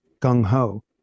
gung-ho